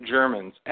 Germans